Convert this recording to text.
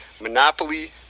Monopoly